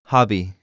Hobby